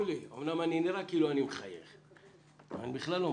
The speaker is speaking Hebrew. אמנם נראה כאילו אני מחייך אבל אני לא מחייך.